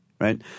right